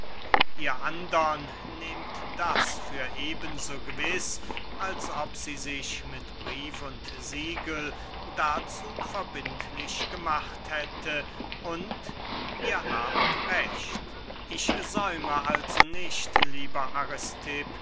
ihr andern nehmt das für eben so gewiß als ob sie sich mit brief und siegel dazu verbindlich gemacht hätte und ihr habt recht ich säume also nicht lieber